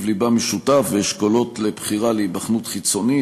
ליבה משותף ואשכולות לבחירה להיבחנות חיצונית.